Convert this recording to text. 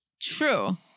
True